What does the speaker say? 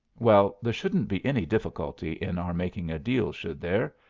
well, there shouldn't be any difficulty in our making a deal, should there?